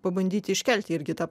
pabandyti iškelti irgi tą